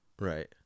Right